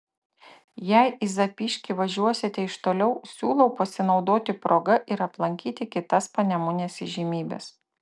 jei į zapyškį važiuosite iš toliau siūlau pasinaudoti proga ir aplankyti kitas panemunės įžymybes